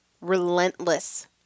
relentless